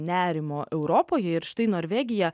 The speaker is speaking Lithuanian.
nerimo europoje ir štai norvegija